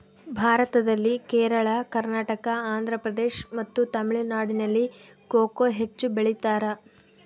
ಭಾರತದಲ್ಲಿ ಕೇರಳ, ಕರ್ನಾಟಕ, ಆಂಧ್ರಪ್ರದೇಶ್ ಮತ್ತು ತಮಿಳುನಾಡಿನಲ್ಲಿ ಕೊಕೊ ಹೆಚ್ಚು ಬೆಳಿತಾರ?